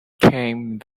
came